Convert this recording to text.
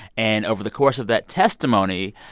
and over the course of that testimony,